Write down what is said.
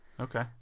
Okay